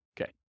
Okay